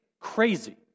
crazy